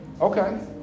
okay